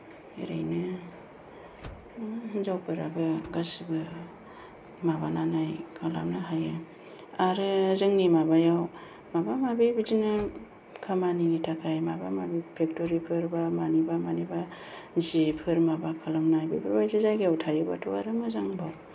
ओरैनो हिनजावफोराबो गासैबो माबानानै खालामनो हायो आरो जोंनि माबायाव माबा माबि बिदिनो खामानिनि थाखाय माबा माबि फेक्टरिफोर एबा मानिबा मानिबा जिफोर माबा खालामनाय बेफोरबायदि जायगायाव थायोबाथ' आरो मोजांबाव